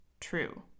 true